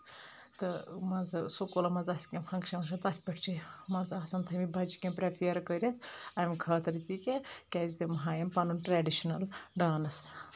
تہٕ مان ژٕ سکوٗلَن منٛز آسہِ کینٛہہ فنٛگشَن وَنٛگشَن تَتھ پؠٹھ چھِ مان ژٕ آسن تھٲیمٕتۍ بَچہٕ کینٛہہ پرٛیپیر کٔرِتھ اَمہِ خٲطرٕ تہِ کہِ کیازِ تِم ہاوین پَنُن ٹریڈِشنَل ڈانٔس